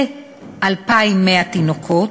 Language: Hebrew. כ-2,100 תינוקות,